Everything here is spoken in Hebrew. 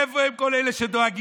איפה הם כל אלה שדואגים?